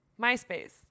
MySpace